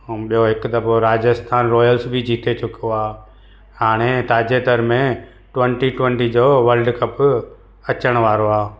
ऐं ॿियो हिकु दफ़ो राज्सथान रॉयल्स बि जीते चुको आहे हाणे ताजे दर में ट्वंटी ट्वंटी जो वर्ल्डकप अचणु वारो आहे